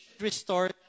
restore